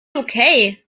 okay